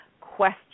question